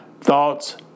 thoughts